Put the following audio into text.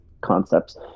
concepts